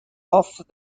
off